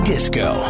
Disco